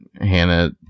Hannah